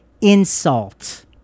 insult